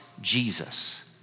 Jesus